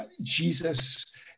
Jesus